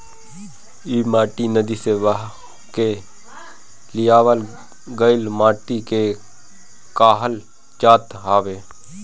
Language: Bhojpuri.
इ माटी नदी से बहा के लियावल गइल माटी के कहल जात हवे